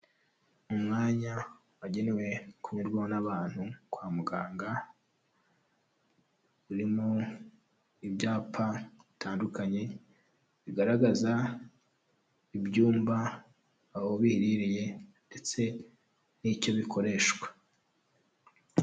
Umwanya wagenewe kunyurwaho n'abantu kwa muganga, urimo ibyapa bitandukanye, bigaragaza ibyumba, aho biherereye ndetse n'icyo bikoreshwa.